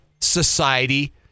society